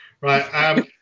right